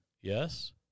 Yes